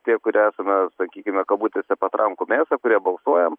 tie kurie esame sakykime kabutėse patrankų mėsa kurie balsuojam